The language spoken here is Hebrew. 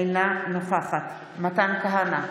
אינה נוכחת מתן כהנא,